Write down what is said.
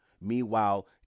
Meanwhile